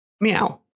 Meow